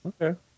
Okay